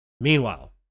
Meanwhile